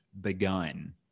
begun